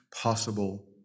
possible